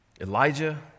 Elijah